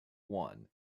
one